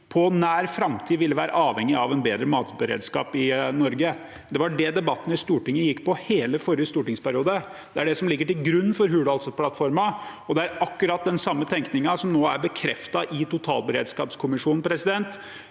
i nær framtid vil være avhengig av en bedre matberedskap i Norge. Det var det debatten i Stortinget gikk på i hele forrige stortingsperiode. Det er det som ligger til grunn for Hurdalsplattformen, og det er akkurat den samme tenkningen som nå er bekreftet i totalberedskapskommisjonen. Et